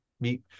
meet